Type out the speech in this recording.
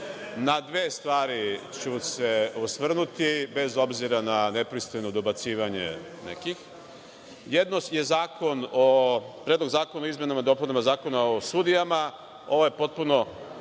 dve stvari ću se osvrnuti bez obzira na nepristojno dobacivanje nekih. Jedno je Predlog zakona o izmenama i dopunama Zakona o sudijama. Ovo je potpuno